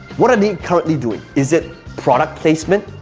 what are they currently doing? is it product placement?